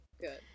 good